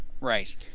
right